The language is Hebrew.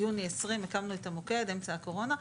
ביוני 2020 הקמנו את המוקד, אמצע הקורונה.